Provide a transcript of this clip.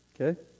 okay